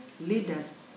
leaders